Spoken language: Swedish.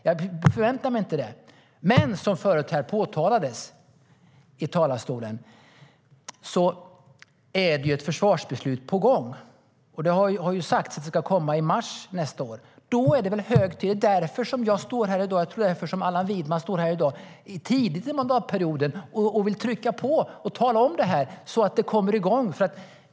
Jag förväntar mig inte det. Men som påpekades förut här i talarstolen är det ett försvarsbeslut på gång. Det har sagts att det ska komma i mars nästa år. Det är därför jag och Allan Widman står här tidigt i mandatperioden och trycker på och talar om detta så att det kommer igång.